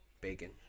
Bacon